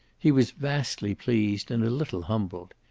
he was vastly pleased and a little humbled.